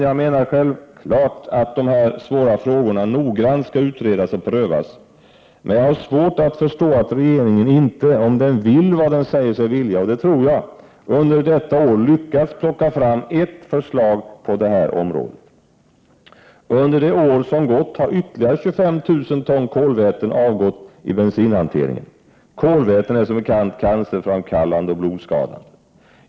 Jag menar självfallet att de här svåra frågorna noggrant skall utredas och prövas, men jag har svårt att förstå att regeringen inte — om den vill vad den säger sig vilja, och det tror jag — under detta år lyckats plocka fram ett enda förslag på det här området. Under det år som har gått har ytterligare 25 000 ton kolväten avgått i bensinhanteringen. Kolväten är som bekant cancerframkallande och blodskadande.